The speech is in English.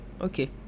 Okay